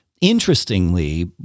Interestingly